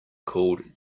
called